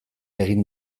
egin